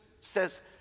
says